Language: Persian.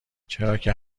چراکه